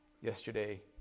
yesterday